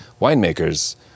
Winemakers